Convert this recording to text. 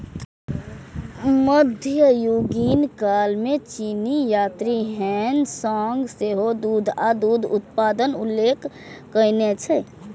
मध्ययुगीन काल मे चीनी यात्री ह्वेन सांग सेहो दूध आ दूध उत्पादक उल्लेख कयने छै